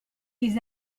les